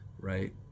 right